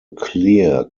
clear